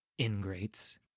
Ingrates